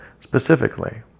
specifically